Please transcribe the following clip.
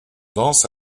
dense